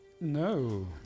no